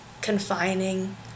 confining